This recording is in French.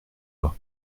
leurs